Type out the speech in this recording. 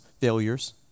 failures